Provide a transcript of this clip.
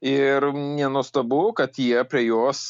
ir nenuostabu kad jie prie jos